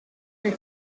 een